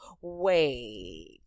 wait